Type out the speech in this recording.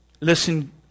Listen